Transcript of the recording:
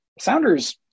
Sounders